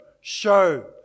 show